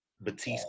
Batista